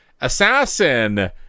Assassin